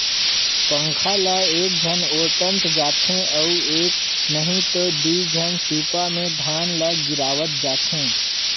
पंखा ल एकझन ओटंत जाथे अउ एक नही त दुई झन सूपा मे धान ल गिरावत जाथें